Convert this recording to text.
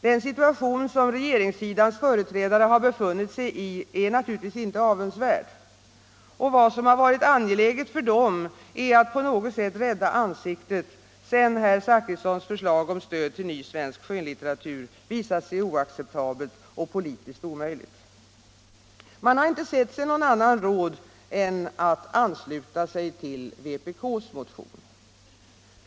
Den situation som regeringssidans företrädare har befunnit sig i är naturligtvis inte avundsvärd. Vad som varit angeläget för dem är att på något sätt rädda ansiktet, sedan herr Zachrissons förslag om stöd till ny svensk skönlitteratur visat sig oacceptabelt och politiskt omöjligt. Man har inte sett sig någon annan råd än att ansluta sig till vpk:s motion.